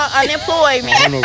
unemployment